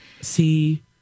See